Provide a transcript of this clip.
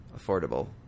affordable